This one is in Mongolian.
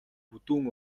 бүдүүн